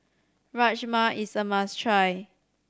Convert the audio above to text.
Rajma is a must try